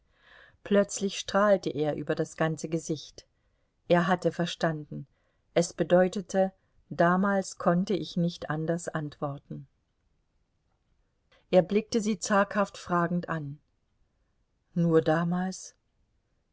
plötzlich strahlte er über das ganze gesicht er hatte verstanden es bedeutete damals konnte ich nicht anders antworten er blickte sie zaghaft fragend an nur damals